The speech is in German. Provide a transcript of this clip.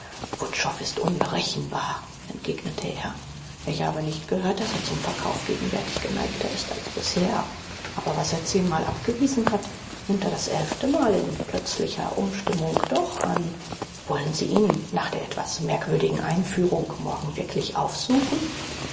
wutschow ist unberechenbar entgegnete er ich habe nicht gehört daß er zum verkauf gegenwärtig geneigter ist als bisher aber was er zehnmal abgewiesen hat nimmt er das elfte mal in plötzlicher umstimmung doch an wollen sie ihn nach der etwas merkwürdigen einführung morgen wirklich aufsuchen